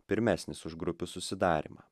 pirmesnis už grupių susidarymą